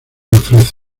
ofrece